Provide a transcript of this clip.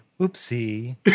Oopsie